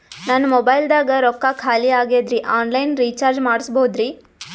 ನನ್ನ ಮೊಬೈಲದಾಗ ರೊಕ್ಕ ಖಾಲಿ ಆಗ್ಯದ್ರಿ ಆನ್ ಲೈನ್ ರೀಚಾರ್ಜ್ ಮಾಡಸ್ಬೋದ್ರಿ?